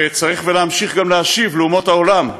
צריך להמשיך גם להשיב לאומות העולם,